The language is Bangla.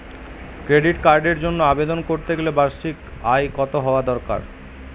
ক্রেডিট কার্ডের জন্য আবেদন করতে গেলে বার্ষিক আয় কত হওয়া দরকার?